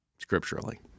scripturally